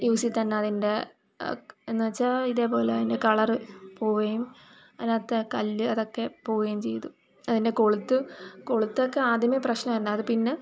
യൂസിൽത്തന്നെ അതിൻ്റെ എന്ന് വെച്ചാൽ ഇതേപോലെ അതിൻ്റെ കളറ് പോവുകയും അതിനകത്തെ ആ കല്ല് അതക്കെ പോവുകയും ചെയ്തു അതിൻ്റെ കൊളുത്ത് കൊളുത്തൊക്കെ ആദ്യമേ പ്രശ്നമായിരുന്നു അത് പിന്നെ